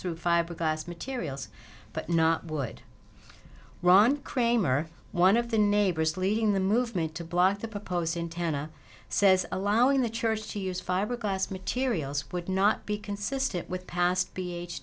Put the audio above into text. through fiberglass materials but not wood ron kramer one of the neighbors leading the movement to block the proposed in tanna says allowing the church to use fiberglass materials would not be consistent with pas